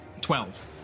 Twelve